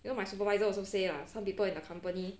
you know my supervisor also say lah some people in the company